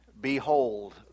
Behold